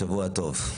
שבוע טוב.